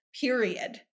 period